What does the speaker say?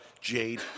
Jade